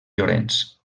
llorenç